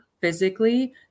physically